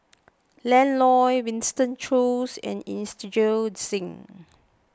Ian Loy Winston Choos and Inderjit Singh